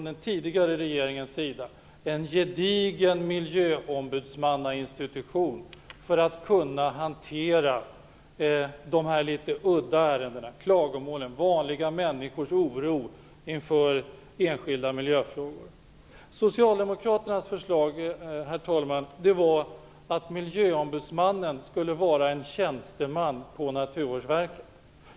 Den tidigare regeringen föreslog en gedigen miljöombudsmannainstitution för att kunna hantera de litet udda ärendena, klagomålen, vanliga människors oro inför enskilda miljöfrågor. Socialdemokraternas förslag var att miljöombudsmannen skulle vara en tjänsteman på Naturvårdsverket.